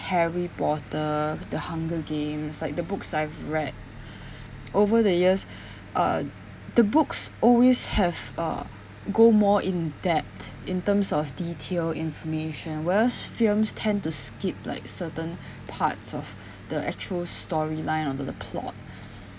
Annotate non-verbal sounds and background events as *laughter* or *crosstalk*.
harry potter the hunger games like the books I've read *breath* over the years *breath* uh the books always have uh go more in depth in terms of detail information whereas films tend to skip like certain parts of the actual storyline under the plot